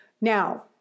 Now